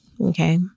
Okay